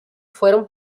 fueron